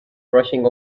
rushing